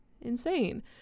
insane